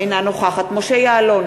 אינה נוכחת משה יעלון,